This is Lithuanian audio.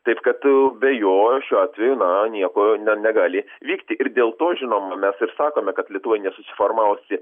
taip kad tu be jo šiuo atveju na nieko ne negali vykti ir dėl to žinoma mes ir sakome kad lietuvoj nesusiformavusi